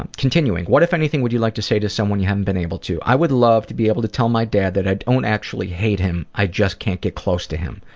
ah continuing. what, if anything, would you like to say to someone you haven't been able to i would love to be able to tell my dad that i don't actually hate him i just can't get close to him.